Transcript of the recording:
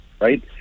right